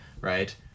Right